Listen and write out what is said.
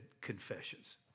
confessions